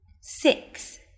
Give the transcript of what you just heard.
six